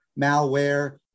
malware